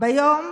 ביום